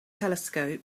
telescope